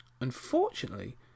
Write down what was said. Unfortunately